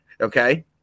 Okay